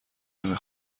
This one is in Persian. نمی